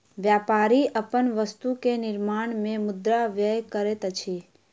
व्यापारी अपन वस्तु के निर्माण में मुद्रा व्यय करैत अछि